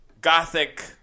gothic